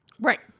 Right